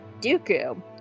Dooku